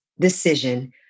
decision